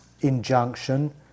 injunction